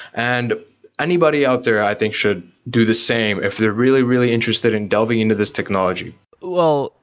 and anybody out there, i think should do the same if they're really, really interested in delving into this technology well,